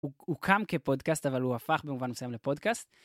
הוא קם כפודקאסט, אבל הוא הפך במובן מסוים לפודקאסט.